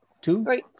two